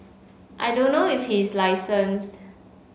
I don't know if he is licensed